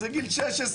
זה גיל 16,